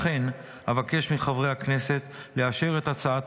לכן אבקש מחברי הכנסת לאשר את הצעת